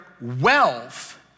wealth